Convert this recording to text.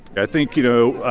i think, you know,